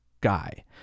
guy